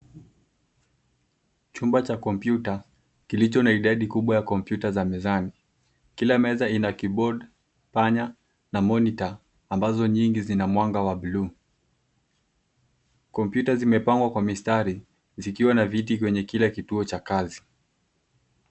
Chumba cha kompyuta kilicho na idadi kubwa ya kompyuta za mezani. Kila meza ina keyboard , panya na monitor ambazo nyingi zina mwanga wa buluu. Kompyuta zimepangwa kwa mistari zikiwa na viti kwenye kila kituo cha kazi.